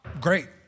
great